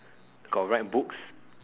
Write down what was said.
got write books